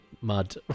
mud